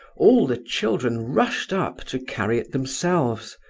all the children rushed up, to carry it themselves.